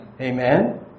Amen